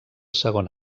segon